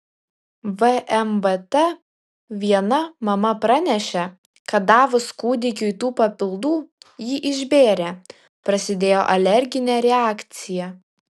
vmvt viena mama pranešė kad davus kūdikiui tų papildų jį išbėrė prasidėjo alerginė reakcija